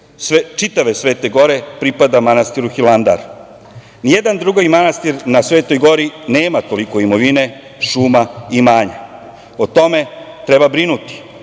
čitave Svete gore pripada manastiru Hilandar. Nijedan drugi manastir na Svetoj gori nema toliko imovine, šuma, imanja. O tome treba brinuti.